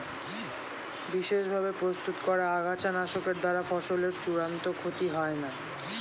বিশেষ ভাবে প্রস্তুত করা আগাছানাশকের দ্বারা ফসলের চূড়ান্ত ক্ষতি হয় না